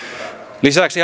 lisäksi